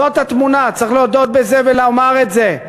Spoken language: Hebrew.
זאת התמונה, צריך להודות בזה ולומר את זה.